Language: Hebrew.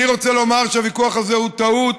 אני רוצה לומר שהוויכוח הזה הוא טעות,